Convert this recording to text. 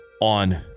on